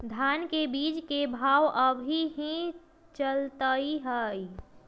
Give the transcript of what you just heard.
धान के बीज के भाव अभी की चलतई हई?